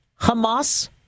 Hamas